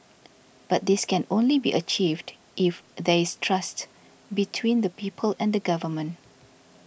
but this can only be achieved if there is trust between the people and government